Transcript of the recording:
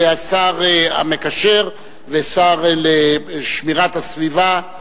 השר המקשר והשר לשמירת הסביבה,